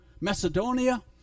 Macedonia